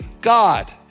God